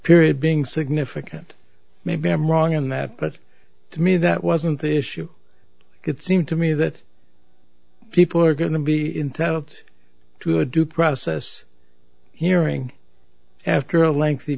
period being significant maybe i'm wrong on that but to me that wasn't the issue it seemed to me that people are going to be intent to a due process hearing after a lengthy